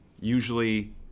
usually